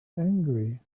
angry